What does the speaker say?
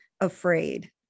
afraid